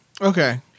Okay